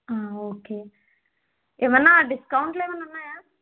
okay ఏమన్న డిస్కౌంట్లు ఏమన్న ఉన్నాయా